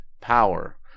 power